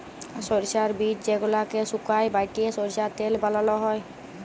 সরষার বীজ যেগলাকে সুকাই বাঁটে সরষার তেল বালাল হ্যয়